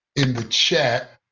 and the chat.